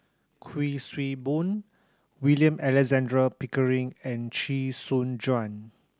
Kuik Swee Boon William Alexander Pickering and Chee Soon Juan